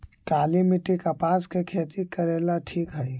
काली मिट्टी, कपास के खेती करेला ठिक हइ?